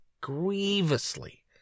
grievously